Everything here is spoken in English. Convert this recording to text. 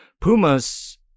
Pumas